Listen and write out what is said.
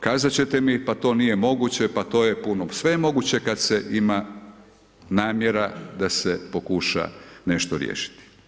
Kazati ćete mi, pa to nije moguće, pa to je puno, sve je moguće kada se ima namjera da se pokuša nešto riješiti.